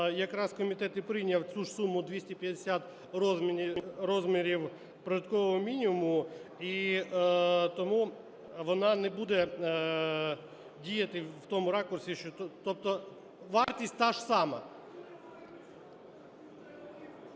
якраз комітет і прийняв цю ж суму – 250 розмірів прожиткового мінімуму. І тому вона не буде діяти в тому ракурсі, що… Тобто вартість та ж сама.